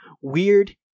Weird